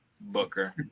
Booker